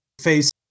face